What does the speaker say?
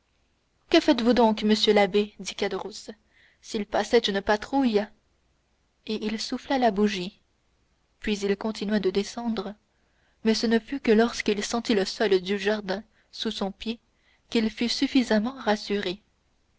que faites-vous donc monsieur l'abbé dit caderousse s'il passait une patrouille et il souffla la bougie puis il continua de descendre mais ce ne fut que lorsqu'il sentit le sol du jardin sous son pied qu'il fut suffisamment rassuré